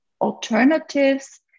alternatives